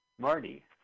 Marty